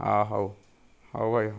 ହଁ ହେଉ ହେଉ ଭାଇ ହେଉ